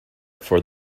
for